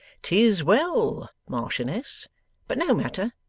tis well. marchioness but no matter.